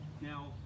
Now